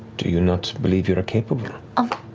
do you not believe you're capable? ah